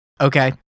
Okay